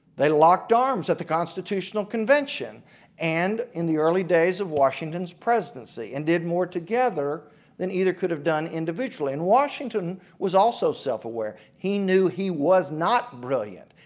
they locked arms at the constitutional convention and in the early days of washington's presidency and did more together than either could have done individually. and washington was also self-aware, he knew he was not brilliant,